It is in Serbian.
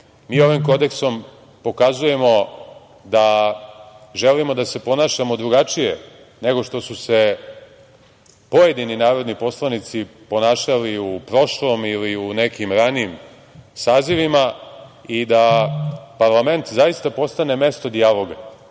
Mi ovim kodeksom pokazujemo da želimo da se ponašamo drugačije nego što su se pojedini narodni poslanici ponašali u prošlom ili u nekim ranijim sazivima i da parlament zaista postane mesto dijaloga,